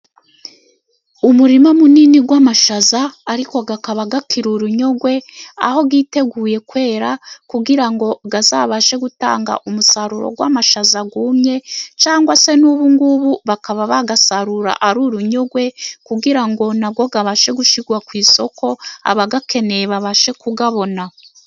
Umurima munini w'amashaza ariko akaba akiri urunyongwe, aho yiteguye kwera kugira ngo azabashe gutanga umusaruro w'amashaza yumye cyangwa se n'ubu ngubu bakaba bayasarura ari urunyogwe kugira ngo nayo abashe gushyirwa ku isoko abayakeneye babashe kuyabona.